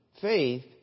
faith